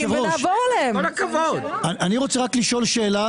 לגבי היתרי הבנייה --- אני ביקשתי עוד משהו.